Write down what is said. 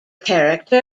character